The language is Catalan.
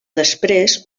després